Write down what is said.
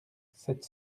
sept